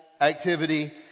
activity